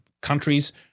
countries